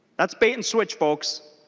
that's bait and switch folks.